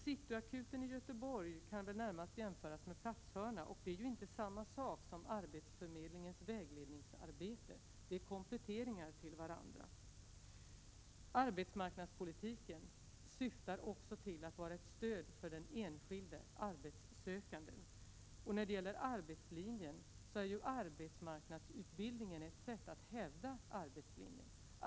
CityAkuten i Göteborg kan väl närmast jämföras med en platshörna, och det är inte samma sak som arbetsförmedlingens vägledningsarbete. De är kompletteringar till varandra. Arbetsmarknadspolitiken syftar också till att vara ett stöd för den enskilde arbetssökande. Arbetsmarknadsutbildning är ett sätt att hävda arbetslinjen.